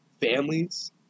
families